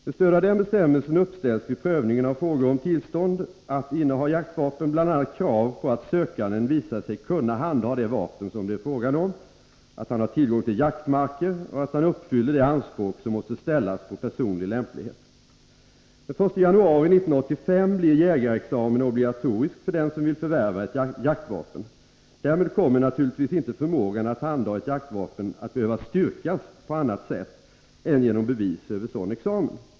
Med stöd av denna bestämmelse uppställs vid prövningen av frågor om tillstånd att inneha jaktvapen bl.a. krav på att sökanden visar sig kunna handha det vapen som det är fråga om, att han har tillgång till jaktmakter och att han uppfyller de anspråk som måste ställas på personlig lämplighet. Den 1 januari 1985 blir jägarexamen obligatorisk för den som vill förvärva ett jaktvapen. Därmed kommer naturligtvis inte förmågan att handha ett jaktvapen att behöva styrkas på annat sätt än genom bevis om en sådan examen.